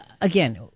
again